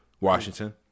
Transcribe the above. Washington